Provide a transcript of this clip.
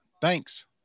Thanks